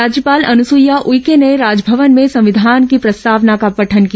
राज्यपाल अनुसुईया उइके ने राजभवन में संविधान की प्रस्तावना का पठन किया